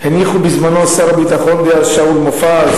השטח נותר עדיין שומם.